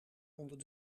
onder